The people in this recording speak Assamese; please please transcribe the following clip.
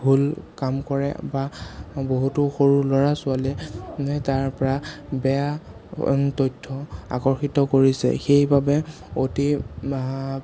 ভুল কাম কৰে বা বহুতো সৰু ল'ৰা ছোৱালীয়ে তাৰ পৰা বেয়া তথ্য আকৰ্ষিত কৰিছে সেইবাবে অতি